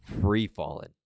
free-falling